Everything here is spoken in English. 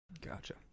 Gotcha